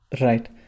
Right